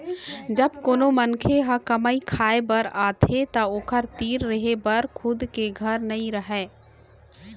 जब कोनो मनखे ह कमाए खाए बर आथे त ओखर तीर रहें बर खुद के घर नइ रहय